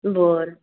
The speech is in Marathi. बरं